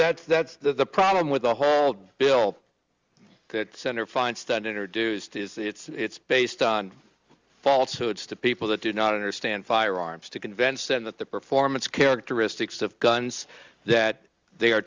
that that's the problem with the whole bill that senator feinstein introduced is that it's based on false hoods to people that do not understand firearms to convince them that the performance characteristics of guns that they are